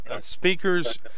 speakers